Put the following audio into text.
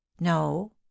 no